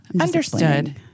understood